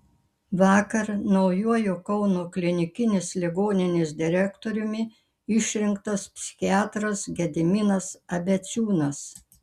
vakar naujuoju kauno klinikinės ligoninės direktoriumi išrinktas psichiatras gediminas abeciūnas